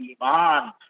Iman